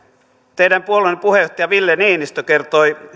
teidän puolueenne puheenjohtaja ville niinistö kertoi